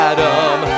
Adam